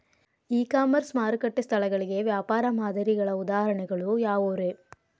E commerce ಮಾರುಕಟ್ಟೆ ಸ್ಥಳಗಳಿಗೆ ವ್ಯಾಪಾರ ಮಾದರಿಗಳ ಉದಾಹರಣೆಗಳು ಯಾವವುರೇ?